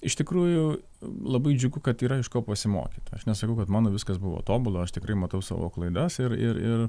iš tikrųjų labai džiugu kad yra iš ko pasimokyt aš nesakau kad mano viskas buvo tobula aš tikrai matau savo klaidas ir ir ir